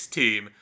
team